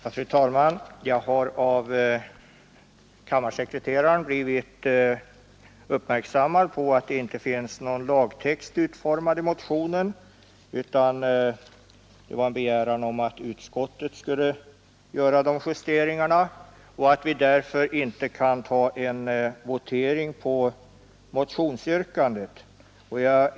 Fru talman! Jag har av kammarsekreteraren blivit uppmärksammad på att det inte finns någon lagtext utformad i motionen utan bara en begäran om att utskottet skulle göra erforderliga ändringar i lagtexten och att vi därför inte kan ta en votering om motionsyrkandet.